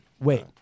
Wait